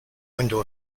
window